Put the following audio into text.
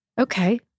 okay